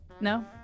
No